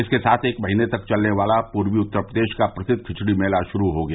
इसके साथ एक महीने तक चलने वाला पूर्वी उत्तर प्रदेश का प्रसिद्ध खिचड़ी मेला शुरू हो गया